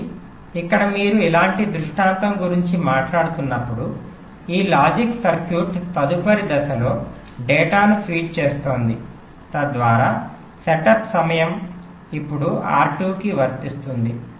కాబట్టి ఇక్కడ మీరు ఇలాంటి దృష్టాంతం గురించి మాట్లాడుతున్నప్పుడు ఈ లాజిక్ సర్క్యూట్ తదుపరి దశలో డేటాను ఫీడ్ చేస్తోంది తద్వారా సెటప్ సమయం ఇప్పుడు R2 కి వర్తిస్తుంది